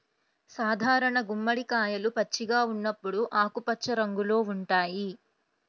సాధారణ గుమ్మడికాయలు పచ్చిగా ఉన్నప్పుడు ఆకుపచ్చ రంగులో ఉంటాయి